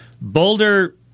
Boulder